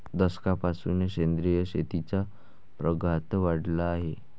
दशकापासून सेंद्रिय शेतीचा प्रघात वाढला आहे